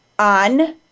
on